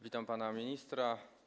Witam pana ministra.